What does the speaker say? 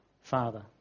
Father